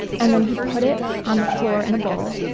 and then he put it on the floor in a bowl,